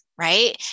Right